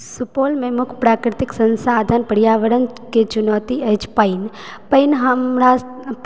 सुपौलमे मुख्य प्राकृतिक संसाधन पर्यावरणके चुनौती अछि पानि पानि हमरा